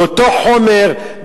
באותו חומר,